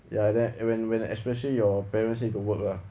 ya when when especially your parents need to work lah